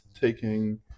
taking